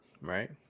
right